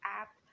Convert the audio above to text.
app